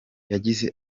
yagize